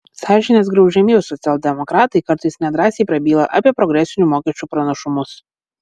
sąžinės griaužiami socialdemokratai kartais nedrąsiai prabyla apie progresinių mokesčių pranašumus